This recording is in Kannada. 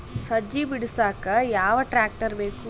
ಸಜ್ಜಿ ಬಿಡಸಕ ಯಾವ್ ಟ್ರ್ಯಾಕ್ಟರ್ ಬೇಕು?